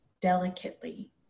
delicately